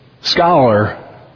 scholar